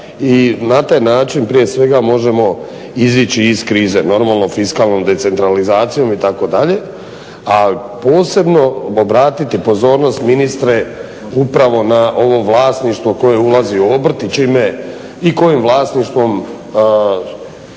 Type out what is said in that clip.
I na taj način prije svega možemo izići iz krize. Normalno fiskalnom decentralizacijom itd.. A posebno obratiti pozornost ministre upravo na ovo vlasništvo koje ulazi u obrt i čime i kojim vlasništvom